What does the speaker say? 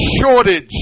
shortage